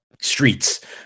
streets